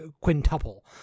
quintuple